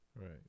Right